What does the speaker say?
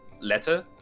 letter